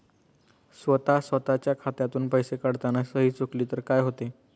स्वतः स्वतःच्या खात्यातून पैसे काढताना सही चुकली तर काय होते?